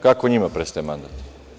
Kako njima prestaje mandat?